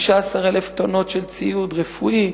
15,000 טונות של ציוד רפואי,